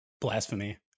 blasphemy